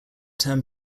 term